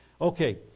Okay